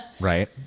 right